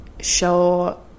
show